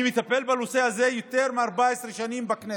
אני מטפל בנושא הזה יותר מ-14 שנים בכנסת,